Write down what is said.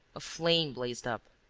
a flame blazed up.